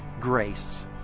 grace